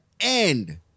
end